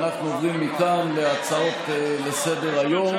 אנחנו עוברים מכאן להצעות לסדר-היום,